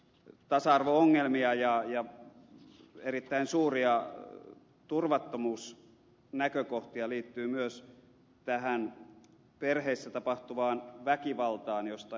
tasa arvo ongelmia ja erittäin suuria turvattomuusnäkökohtia liittyy myös tähän perheessä tapahtuvaan väkivaltaan josta ed